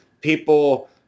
people